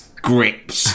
grips